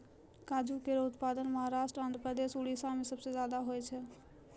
काजू केरो उत्पादन महाराष्ट्र, आंध्रप्रदेश, उड़ीसा में सबसे जादा होय छै